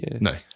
No